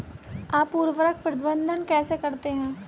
आप उर्वरक का प्रबंधन कैसे करते हैं?